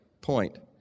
point